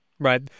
Right